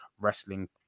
Wrestling